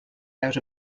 out